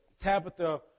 Tabitha